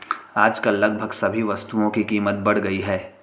आजकल लगभग सभी वस्तुओं की कीमत बढ़ गई है